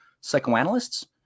psychoanalysts